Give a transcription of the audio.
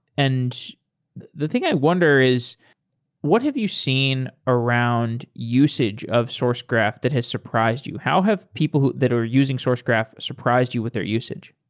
and the thing i wonder is what have you seen around usage of sourcegraph that has surprised you? how have people that are using sourcegraph surprised you with their usage?